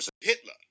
Hitler